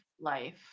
life